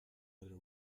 other